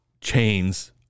chains